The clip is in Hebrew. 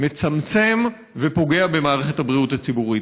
מצמצם ופוגע במערכת הבריאות הציבורית.